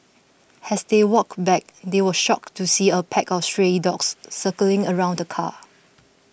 as they walked back they were shocked to see a pack of stray dogs circling around the car